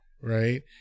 right